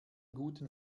guten